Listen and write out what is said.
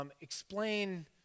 explain